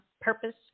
purpose